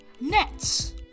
Nets